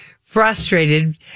frustrated